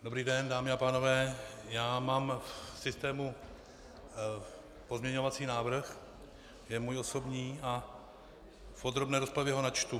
Dobrý den, dámy a pánové, já mám v systému pozměňovací návrh, je můj osobní, a v podrobné rozpravě ho načtu.